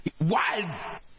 wild